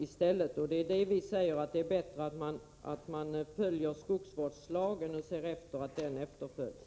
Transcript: Då säger vi att det är bättre att man ser till att skogsvårdslagen följs.